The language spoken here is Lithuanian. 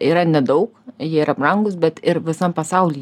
yra nedaug jie yra brangūs bet ir visam pasauly